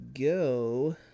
go